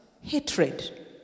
Hatred